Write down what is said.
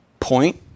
Point